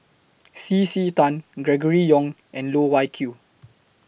C C Tan Gregory Yong and Loh Wai Kiew